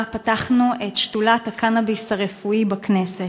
פתחנו את שדולת הקנאביס הרפואי בכנסת.